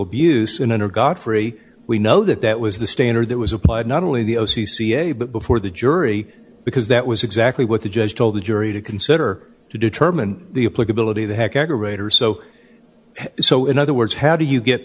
abuse in an er godfrey we know that that was the standard that was applied not only the o c ca but before the jury because that was exactly what the judge told the jury to consider to determine the a plurality the heck aggravator so so in other words how do you get